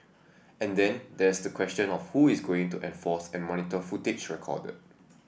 and then there's the question of who is going to enforce and monitor footage recorded